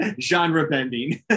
genre-bending